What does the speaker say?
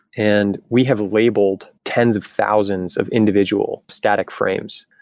and we have labeled tens of thousands of individual static frames.